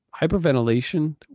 hyperventilation